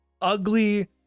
ugly